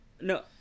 no